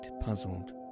puzzled